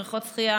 בריכות שחייה,